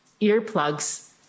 earplugs